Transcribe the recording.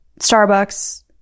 Starbucks